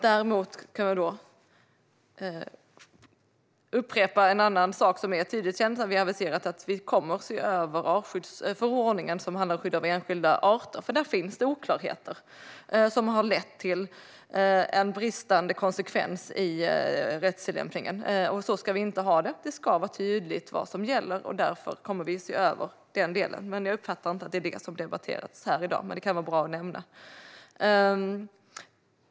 Däremot kan jag upprepa en annan sak som är tydligt känd. Vi har aviserat att vi kommer att se över artskyddsförordningen, som handlar om skydd av enskilda arter. Där finns det oklarheter som har lett till en bristande konsekvens i rättstillämpningen. Så ska vi inte ha det. Det ska vara tydligt vad som gäller, och därför kommer vi att se över den delen. Jag uppfattar inte att det är detta som debatterats här i dag, men det kan vara bra att nämna.